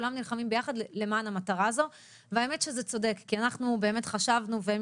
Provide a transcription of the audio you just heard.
כולם נלחמים ביחד למען המטרה הזו והאמת שזה צודק כי אנחנו באמת חשבנו והם